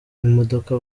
n’imodoka